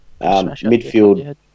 Midfield